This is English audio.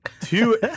two